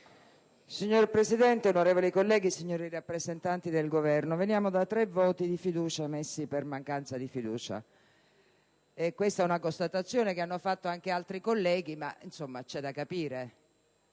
Signor Presidente, onorevoli colleghi, signori rappresentanti del Governo, veniamo da tre voti di fiducia richiesti per mancanza di fiducia; è una constatazione che hanno fatto anche altri colleghi, ma, insomma, occorre capire.